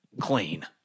clean